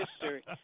history